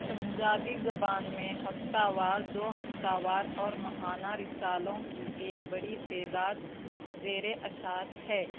پنجابی زبان میں ہفتہ وار دو ہفتہ وار اور ماہانہ رسالوں کی ایک بڑی تعداد زیر اشاعت ہے